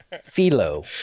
philo